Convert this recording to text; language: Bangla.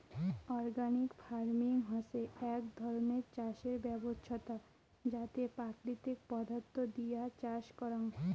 অর্গানিক ফার্মিং হসে এক ধরণের চাষের ব্যবছস্থা যাতে প্রাকৃতিক পদার্থ দিয়া চাষ করাং